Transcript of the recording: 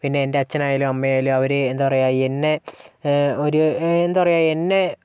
പിന്നെ എൻ്റെ അച്ഛനായാലും അമ്മയായാലും അവര് എന്താ പറയുക എന്നെ ഒരു എന്താ പറയുക എന്നെ